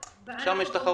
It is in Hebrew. שם יש תחרות.